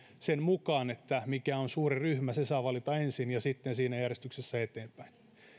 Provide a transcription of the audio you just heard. sen mukaan mikä on suurin ryhmä niin että se saa valita ensin ja sitten siinä järjestyksessä eteenpäin